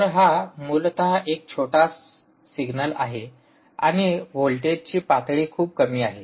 तर हा मूलत एक छोटा सिग्नल आहे आणि व्होल्टेजची पातळी खूप कमी आहे